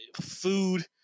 food